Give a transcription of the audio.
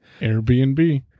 Airbnb